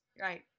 Right